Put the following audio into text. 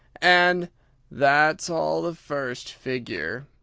and that's all the first figure,